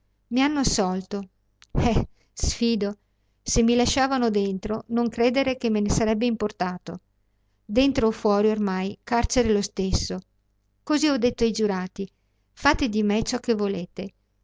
i hanno assolto eh sfido ma se mi lasciavano dentro non credere che me ne sarebbe importato dentro o fuori ormai carcere lo stesso così ho detto ai giurati fate di me ciò che volete